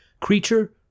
Creature